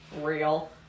real